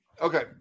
okay